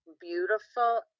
beautiful